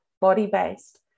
body-based